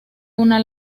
una